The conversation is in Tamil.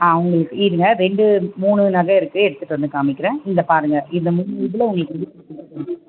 ஆ உங்களுக்கு இருங்க ரெண்டு மூணு நகை இருக்குது எடுத்துகிட்டு வந்து காமிக்கிறேன் இந்த பாருங்கள் இந்த மூணு இதில் உங்களுக்கு எது பிடிச்சிருக்கோ